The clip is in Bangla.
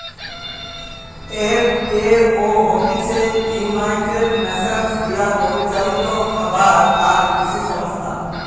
এফ.এ.ও হতিছে ইউনাইটেড নেশনস দিয়া পরিচালিত খাবার আর কৃষি সংস্থা